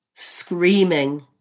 screaming